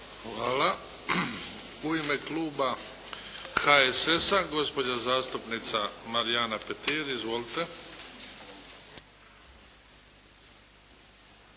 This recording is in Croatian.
(HDZ)** U ime kluba HSS-a gospođa zastupnica Marijana Petir. Izvolite.